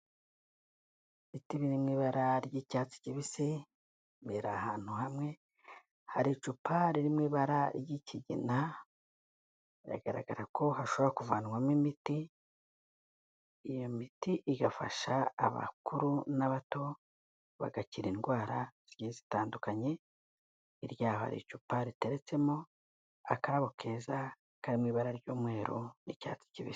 Ibiti biri mu ibara ry'icyatsi kibisi biri ahantu hamwe, hari icupa riri mu ibara ry'ikigina, biragaragara ko hashobora kuvanwamo imiti, iyo miti igafasha abakuru n'abato, bagakira indwara zigiye zitandukanye, hirya yaho hari icupa riteretsemo akarabo keza, kari mu ibara ry'umweru n'icyatsi kibisi.